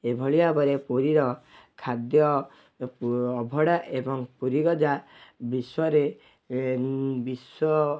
ଏ ଭଳି ଭାବରେ ପୁରୀର ଖାଦ୍ୟ ଅଭଡ଼ା ଏବଂ ପୁରୀ ଗଜା ବିଶ୍ୱରେ ବିଶ୍ୱ